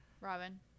Robin